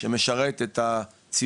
גם לטובת הציבור,